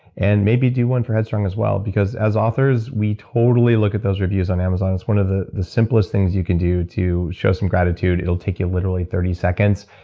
and maybe do one for headstrong, as well, because as authors, we totally look at those reviews on amazon. it's one of the the simplest things you can do to show some gratitude. it'll take you literally thirty seconds,